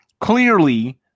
clearly